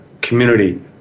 community